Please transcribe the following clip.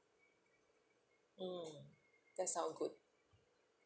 mm that sounds good